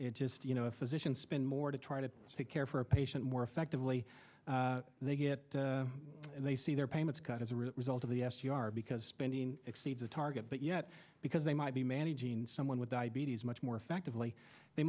it's just you know a physician spend more to try to take care for a patient more effectively they get they see their payments cut as a result of the s t r because spending exceeds a target but yet because they might be managing someone with diabetes much more effectively they